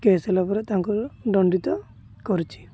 case ହେଲା ପରେ ତାଙ୍କୁ ଦଣ୍ଡିତ କରୁଛି